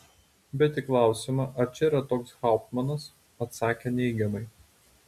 bet į klausimą ar čia yra toks hauptmanas atsakė neigiamai